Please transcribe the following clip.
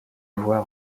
voix